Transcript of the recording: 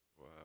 Wow